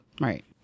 Right